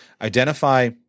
identify –